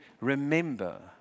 remember